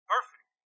Perfect